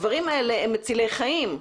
הדברים האלה הם מצילי חיים.